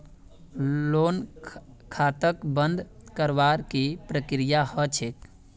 loan खाताक बंद करवार की प्रकिया ह छेक